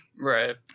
Right